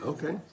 Okay